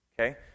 Okay